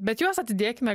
bet juos atidėkime